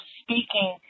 speaking